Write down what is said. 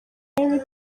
eric